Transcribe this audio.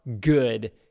good